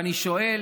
ואני שואל: